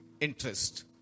interest